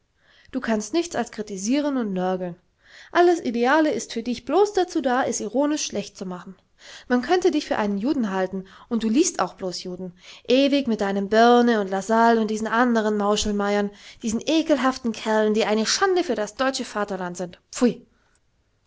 du kannst nichts als kritisieren und nörgeln alles ideale ist für dich blos dazu da es ironisch schlecht zu machen man könnte dich für einen juden halten und du liest auch blos juden ewig mit deinem börne und lassalle und diesen andern mauschelmeiern diesen ekelhaften kerlen die eine schande für das deutsche vaterland sind pfui